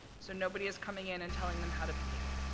so nobody is coming in and telling them how to behave.